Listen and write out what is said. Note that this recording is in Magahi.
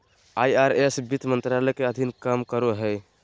आई.आर.एस वित्त मंत्रालय के अधीन काम करो हय